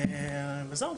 וזהו,